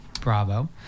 Bravo